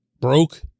broke